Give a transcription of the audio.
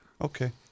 Okay